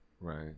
Right